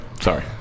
sorry